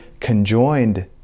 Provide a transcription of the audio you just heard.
conjoined